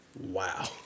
Wow